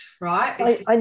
right